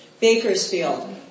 Bakersfield